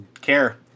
care